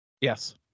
yes